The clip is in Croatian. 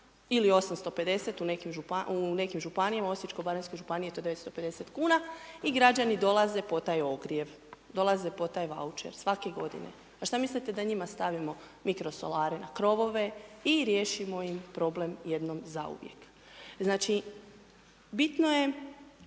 ili 850 u nekim Županijama, Osječko-baranjskoj županiji je to 950 kuna, i građani dolaze to taj ogrijev, dolaze po taj voucher svake godine. A šta mislite da njima stavimo mikro solare na krovove i riješimo im problem jednom zauvijek? Znači bitno je